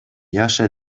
яша